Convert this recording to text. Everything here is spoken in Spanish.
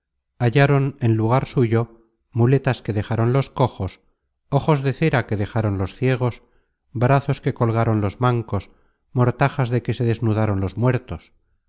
hallaron en lugar suyo muletas que dejaron los cojos ojos de cera que dejaron los ciegos brazos que colgaron los mancos mortajas de que se desnudaron los muertos